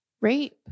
rape